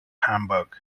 hamburg